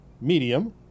Medium